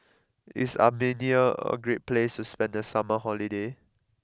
is Armenia a great place to spend the summer holiday